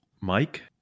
Mike